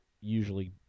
usually